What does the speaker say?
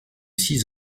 six